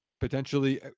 potentially